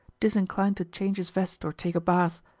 disinclined to change his vest or take a bath,